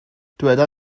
dyweda